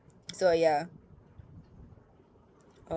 so ya